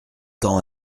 temps